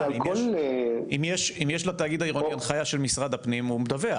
אם יש לתאגיד העירוני הנחייה של משרד הפנים הוא מדווח,